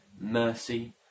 Mercy